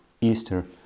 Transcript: Easter